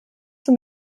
zum